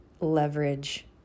leverage